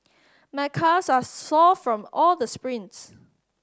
my calves are sore from all the sprints